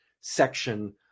section